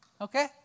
Okay